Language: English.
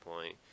point